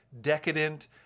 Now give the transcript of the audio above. decadent